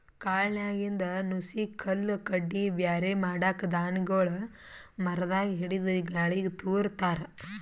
ಕಾಳ್ನಾಗಿಂದ್ ನುಸಿ ಕಲ್ಲ್ ಕಡ್ಡಿ ಬ್ಯಾರೆ ಮಾಡಕ್ಕ್ ಧಾನ್ಯಗೊಳ್ ಮರದಾಗ್ ಹಿಡದು ಗಾಳಿಗ್ ತೂರ ತಾರ್